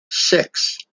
six